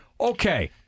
Okay